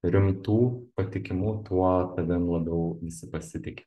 rimtų patikimų tuo tavim labiau visi pasitiki